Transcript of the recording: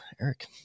Eric